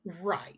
right